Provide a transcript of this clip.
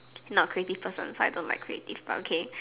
not creative person so I don't like creative stuff but okay